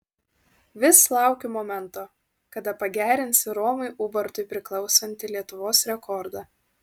vis laukiu momento kada pagerinsi romui ubartui priklausantį lietuvos rekordą